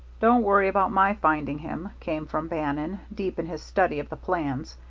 don't worry about my finding him, came from bannon, deep in his study of the plans.